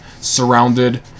surrounded